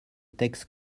texte